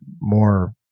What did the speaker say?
more